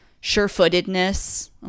sure-footedness